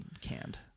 canned